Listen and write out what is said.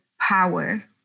power